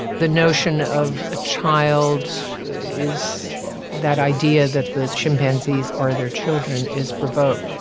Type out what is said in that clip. the notion of a child is that idea that the chimpanzees are their children is provoked.